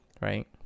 right